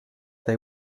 they